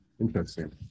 Interesting